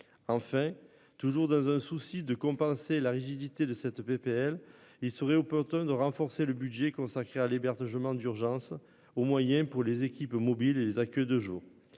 Enfin toujours dans un souci de compenser la rigidité de cette PPL il serait opportun de renforcer le budget consacré à l'hébergement d'urgence au moyen pour les équipes mobiles et les a que deux jours.